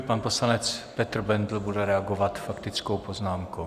Pan poslanec Petr Bendl bude reagovat faktickou poznámkou.